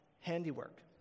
handiwork